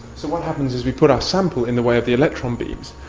so what happens is we put our sample in the way of the electron beams,